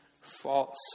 false